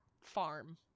farm